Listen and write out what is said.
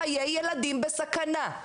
חיי ילדים בסכנה.